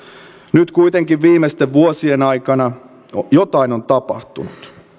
nyt kuitenkin viimeisten vuosien aikana jotain on tapahtunut